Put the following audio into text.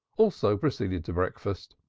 also proceeded to breakfast.